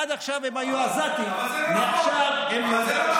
עד עכשיו הם היו עזתים, מעכשיו, אבל זה לא נכון.